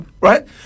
right